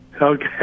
okay